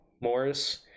Morris